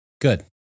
Good